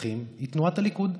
שטחים היא תנועת הליכוד.